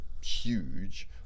huge